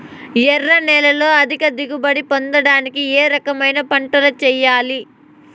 ఎర్ర నేలలో అధిక దిగుబడి పొందడానికి ఏ రకమైన పంటలు చేయాలి?